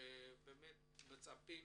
מצפים